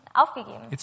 aufgegeben